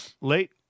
late